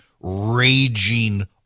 raging